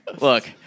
look